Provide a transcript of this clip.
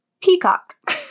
Peacock